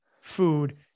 food